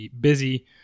busy